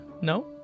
no